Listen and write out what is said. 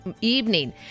evening